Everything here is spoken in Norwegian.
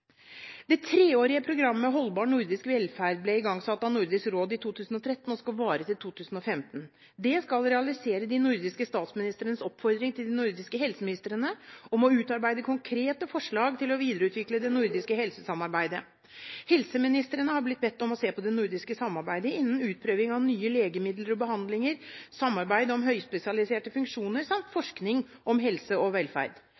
Det treårige programmet Holdbar nordisk velferd ble igangsatt av Nordisk råd i 2013 og skal vare til 2015. Det skal realisere de nordiske statsministrenes oppfordring til de nordiske helseministrene om å utarbeide konkrete forslag til å videreutvikle det nordiske helsesamarbeidet. Helseministrene har blitt bedt om å se på det nordiske samarbeidet innen utprøving av nye legemidler og behandlinger, samarbeid om høyspesialiserte funksjoner samt forskning om helse og velferd.